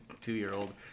two-year-old